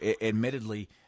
admittedly